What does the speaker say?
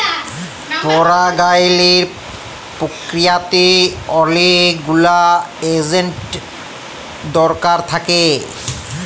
পরাগায়লের পক্রিয়াতে অলেক গুলা এজেল্ট দরকার থ্যাকে